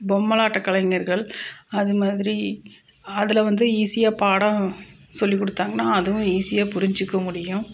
பொம்மலாட்ட கலைஞர்கள் அதுமாதிரி அதில் வந்து ஈஸியாக பாடம் சொல்லிக் கொடுத்தாங்கனா அதுவும் ஈஸியாக புரிஞ்சிக்க முடியும்